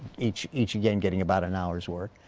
each each again getting about an hour's work.